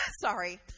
Sorry